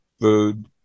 food